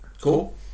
Cool